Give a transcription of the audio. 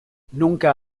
nunca